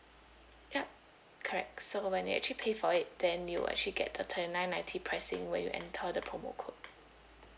ya correct so when you actually pay for it then you'll actually get the thirty nine ninety pricing when you enter the promo code